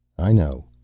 i know.